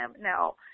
No